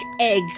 egg